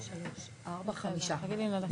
מי נגד?